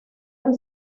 del